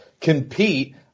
compete